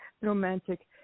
romantic